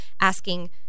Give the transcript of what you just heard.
asking